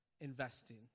investing